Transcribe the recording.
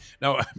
No